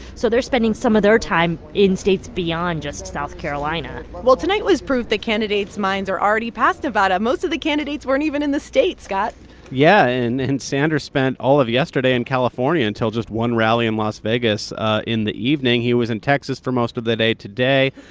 so they're spending some of their time in states beyond just south carolina well, tonight was proof that candidates' minds are already past nevada. most of the candidates weren't even in the state, scott yeah. and sanders spent all of yesterday in california until just one rally in las vegas ah in the evening. he was in texas for most of the day today.